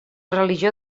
religió